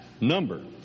number